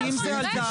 לא נכון,